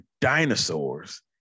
dinosaurs